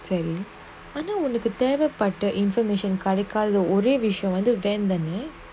பாருதேவைப்பட்ட:paru thevapatta information கிடைக்காதஒரேவிஷயம்வந்து:kidaikatha ore vishayam vandhu